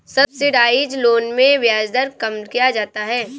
subsidised loan में ब्याज दर कम किया जाता है